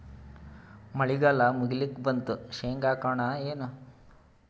ಮಳಿಗಾಲ ಮುಗಿಲಿಕ್ ಬಂತು, ಶೇಂಗಾ ಹಾಕೋಣ ಏನು?